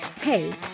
Hey